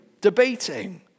debating